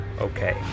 okay